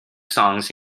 songs